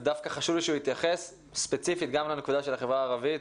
ודווקא חשוב לי שיתייחס ספציפית לנושא של החברה הערבית.